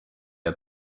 had